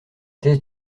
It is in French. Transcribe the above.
thèse